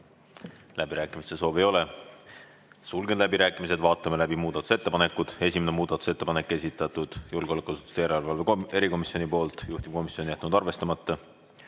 Läbirääkimiste soovi ei ole, sulgen läbirääkimised. Vaatame läbi muudatusettepanekud. Esimene muudatusettepanek, esitanud julgeolekuasutuste järelevalve erikomisjon, juhtivkomisjon on jätnud arvestamata.